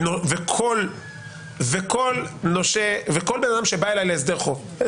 וכל בן אדם שבא אליי להסדר חוב יש